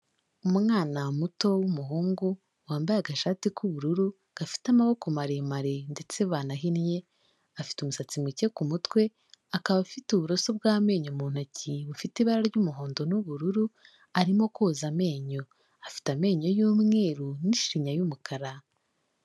Umwana muto w'umuhungu, wambaye agashati k'ubururu, gafite amaboko maremare ndetse banahinnye, afite umusatsi muke ku mutwe, akaba afite uburoso bw'amenyo mu ntoki, bufite ibara ry'umuhondo n'ubururu, arimo koza amenyo. Afite amenyo y'umweru, n'ishinya y'umukara.